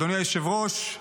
אדוני היושב-ראש,